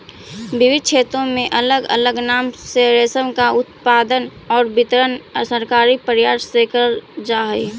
विविध क्षेत्रों में अलग अलग नाम से रेशम का उत्पादन और वितरण सरकारी प्रयास से करल जा हई